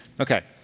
Okay